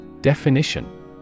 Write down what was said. Definition